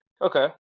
Okay